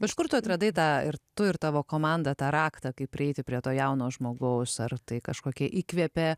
iš kur tu atradai tą ir tu ir tavo komanda tą raktą kaip prieiti prie to jauno žmogaus ar tai kažkokie įkvepia